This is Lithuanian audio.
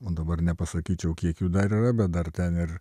o dabar nepasakyčiau kiek jų dar yra bet dar ten ir